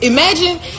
Imagine